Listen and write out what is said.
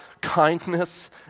kindness